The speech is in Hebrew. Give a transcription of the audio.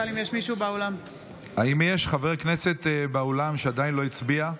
האם יש חבר כנסת באולם שעדיין לא הצביע?